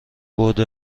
بُعد